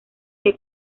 que